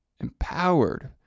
empowered